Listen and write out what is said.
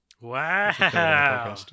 wow